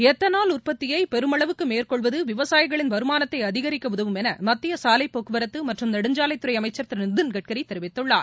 ethanol உற்பத்தியை பெருமளவுக்கு மேற்கொள்வது விவசாயிகளின் வருமானத்தை அதிகரிக்க உதவும் என மத்திய சாவைப் போக்குவரத்து மற்றும் நெடுஞ்சாலைத்துறை அமைச்சர் திரு நிதின் கட்கரி தெரிவித்துள்ளார்